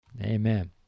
Amen